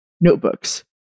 notebooks